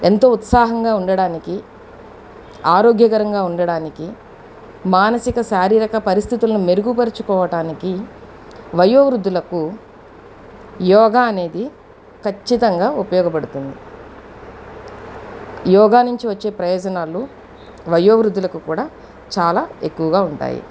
ఎంతో ఉత్సాహంగా ఉండడానికి ఆరోగ్యకరంగా ఉండడానికి మానసిక శారీరక పరిస్థితులు మెరుగు పరుచుకోవటానికి వయో వృద్ధులకు యోగా అనేది ఖచ్చితంగా ఉపయోగపడుతుంది యోగా నుంచి వచ్చే ప్రయోజనాలు వయో వృద్దులకు కూడా చాలా ఎక్కువుగా ఉంటాయి